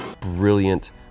Brilliant